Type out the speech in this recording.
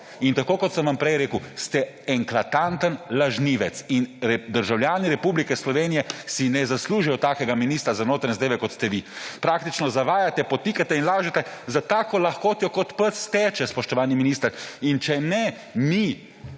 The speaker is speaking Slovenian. In tako kot sem vam prej rekel, ste eklatanten lažnivec in državljani Republike Slovenije si ne zaslužijo takega ministra za notranje zadeve, kot ste vi. Praktično zavajate, podtikate in lažete s tako lahkoto, kot pes teče, spoštovani minister. In če ne mi,